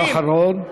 משפט אחרון.